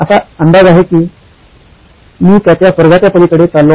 असा अंदाज आहे की मी त्याच्या स्वर्गाच्या पलीकडे चाललो आहे